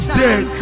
dead